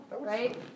right